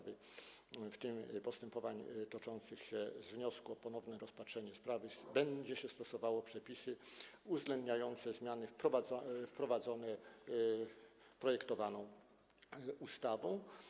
W postępowaniu toczącym się z wniosku o ponowne rozpatrzenie sprawy będzie się stosowało przepisy uwzględniające zmiany wprowadzone projektowaną ustawą.